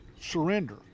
surrender